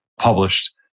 published